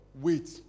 wait